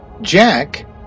Jack